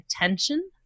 attention